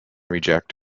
reject